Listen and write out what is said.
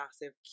massive